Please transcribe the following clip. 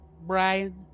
Brian